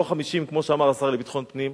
ולא 50 כמו שאמר השר לביטחון פנים,